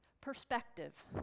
perspective